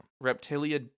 Reptilia